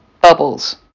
bubbles